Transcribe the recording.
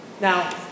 Now